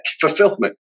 fulfillment